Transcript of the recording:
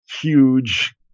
huge